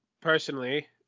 personally